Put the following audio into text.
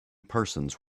persons